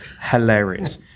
hilarious